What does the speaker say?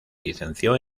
licenció